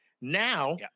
Now